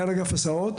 מנהל אגף הסעות.